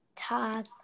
talk